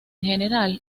general